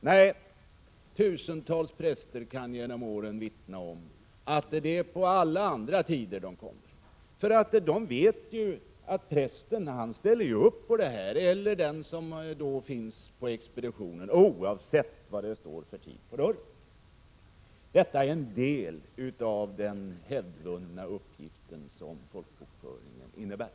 Nej, tusentals präster har genom åren kunnat vittna om att församlingsborna kommer under andra tider — de vet ju att prästen eller den som finns på expeditionen ställer upp, oavsett vilken öppettid som står på dörren. Detta är en del av den hävd som folkbokföringen innebär.